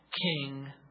king